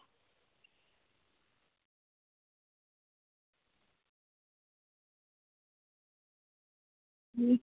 अं